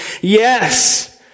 yes